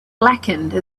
blackened